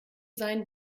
sein